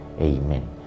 Amen